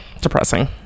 depressing